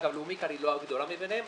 אגב, "לאומי קארד" היא לא הגדולה מביניהן.